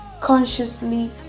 consciously